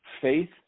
Faith